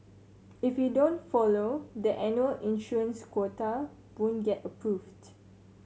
if you don't follow the annual issuance quota won't get approved